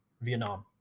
Vietnam